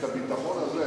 את הביטחון הזה,